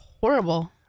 horrible